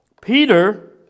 Peter